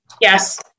Yes